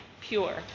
pure